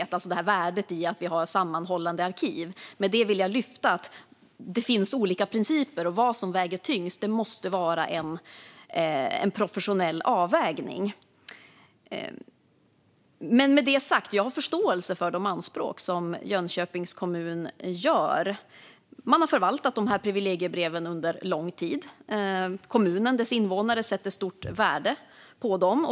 Det handlar alltså om värdet av att ha sammanhållande arkiv. Med detta vill jag lyfta att det finns olika principer, och vad som väger tyngst måste vara en professionell avvägning. Med detta sagt har jag förståelse för de anspråk som Jönköpings kommun gör. Man har förvaltat privilegiebreven under lång tid. Kommunen och dess invånare sätter stort värde på dem.